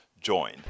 join